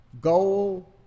goal